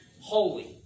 holy